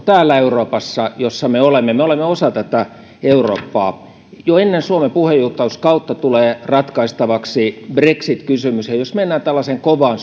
täällä euroopassa jossa me olemme me olemme osa tätä eurooppaa jo ennen suomen puheenjohtajuuskautta tulee ratkaistavaksi brexit kysymys ja jos mennään tällaiseen kovaan